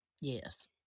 Yes